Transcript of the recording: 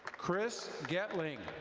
chris gettling.